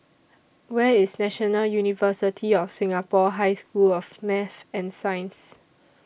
Where IS National University of Singapore High School of Math and Science